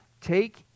Take